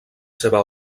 seva